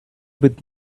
with